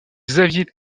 xavier